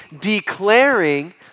declaring